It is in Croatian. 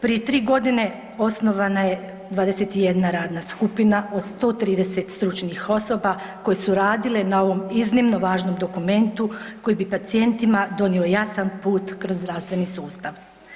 Prije 3 godine osnovana je 21 radna skupina od 130 stručnih osoba koje su radile na ovom iznimno važnom dokumentu koji bi pacijentima donio jasan put kroz zdravstveni sustav.